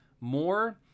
more